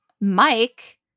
Mike